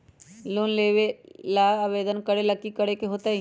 Loan लेबे ला आवेदन करे ला कि करे के होतइ?